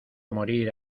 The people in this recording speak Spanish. morir